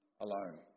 alone